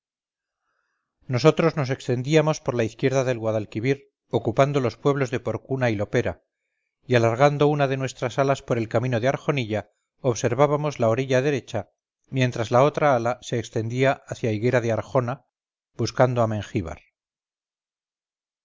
nosotros nos extendíamos por la izquierda del guadalquivir ocupando los pueblos de porcuna y lopera y alargando una de nuestras alas por el caminode arjonilla observábamos la orilla derecha mientras la otra ala se extendía hacia higuera de arjona buscando a